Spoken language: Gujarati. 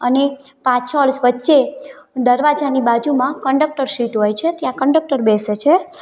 અને એક પાછળ વચ્ચે દરવાજાની બાજુમાં કંડકટર સીટ હોય છે ત્યાં કંડકટર બેસે છે